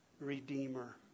redeemer